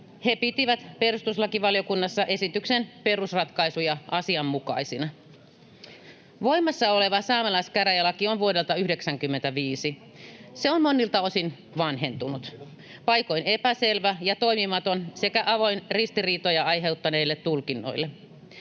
He pitivät perustuslakivaliokunnassa esityksen perusratkaisuja asianmukaisina. Voimassa oleva saamelaiskäräjälaki on vuodelta 95. Se on monilta osin vanhentunut, paikoin epäselvä ja toimimaton sekä avoin ristiriitoja aiheuttaneille tulkinnoille.